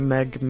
Meg